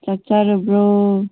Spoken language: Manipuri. ꯆꯥꯛ ꯆꯥꯔꯕ꯭ꯔꯣ